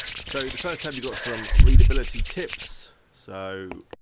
so the first tab, you've got some readability tips. so